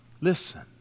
listen